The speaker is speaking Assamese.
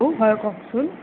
হয় কওকচোন